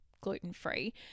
gluten-free